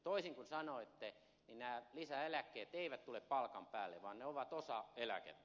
toisin kuin sanoitte nämä lisäeläkkeet eivät tule palkan päälle vaan ne ovat osa eläkettä